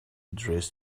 dress